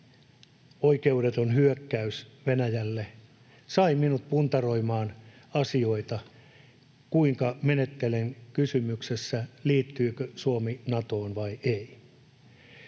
oikeudeton hyökkäys sai minut puntaroimaan asioita, kuinka menettelen kysymyksessä, liittyykö Suomi Natoon vai ei.